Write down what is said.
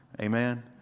Amen